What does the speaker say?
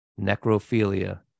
Necrophilia